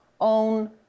own